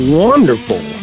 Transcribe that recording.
wonderful